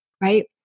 right